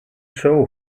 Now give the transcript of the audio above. show